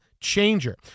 changer